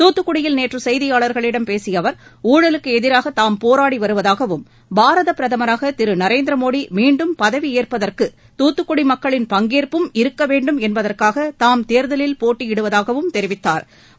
தூத்துக்குடியில் நேற்று செய்தியாளர்களிடம் பேசிய அவர் ஊழலுக்கு எதிராக தாம் போராடி வருவதாகவும் பாரத பிரதமராக பிரதமர் திரு நரேந்திர மோடி மீண்டும் பதவியேற்பதற்கு தூத்துக்குடி மக்களின் பங்கேற்பும் இருக்க வேண்டும் என்பதற்காக தாம் தேர்தலில் போட்டியிடுவதாகவும் தெரிவித்தாா்